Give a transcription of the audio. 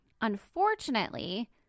Unfortunately